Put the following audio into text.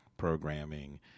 programming